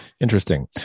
Interesting